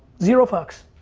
zero fucks.